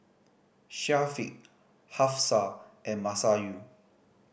Syafiq Hafsa and Masayu